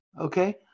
okay